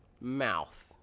mouth